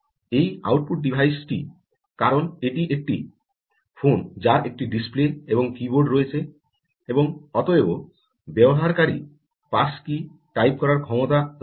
এই আউটপুট ডিভাইসটি কারণ এটি একটি ফোন যার একটি ডিসপ্লে এবং কীবোর্ড রয়েছে এবং অতএব ব্যবহারকারী পাস কী টাইপ করার ক্ষমতা রয়েছে